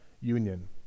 union